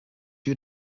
you